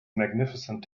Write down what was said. magnificent